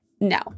no